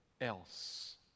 else